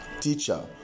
Teacher